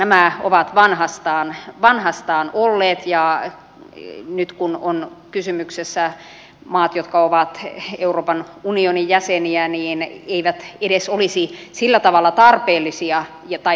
nämä ovat vanhastaan olleet ja nyt kun on kysymyksessä maat jotka ovat euroopan unionin jäseniä eivät edes olisi sillä tavalla tarpeellisia tai välttämättömiä